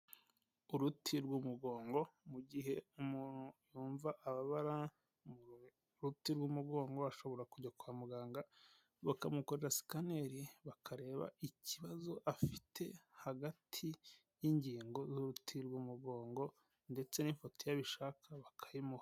Uruti rw'umugongo mu gihe umuntu yumva ababara mu ruti rw'umugongo ashobora kujya kwa muganga bakamukora sikaneri bakareba ikibazo afite hagati y'ingingo z'uruti rw'umugongo ndetse n'ifoto iyo abishaka bakayimuha.